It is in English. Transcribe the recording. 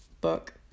book